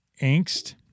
angst